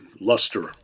luster